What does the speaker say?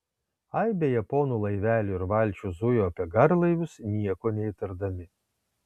aibė japonų laivelių ir valčių zujo apie garlaivius nieko neįtardami